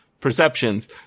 perceptions